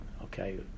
okay